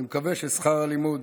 אני מקווה ששכר הלימוד